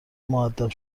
مودب